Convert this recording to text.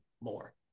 more